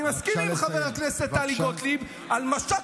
אני מסכים עם חברת הכנסת טלי גוטליב על משק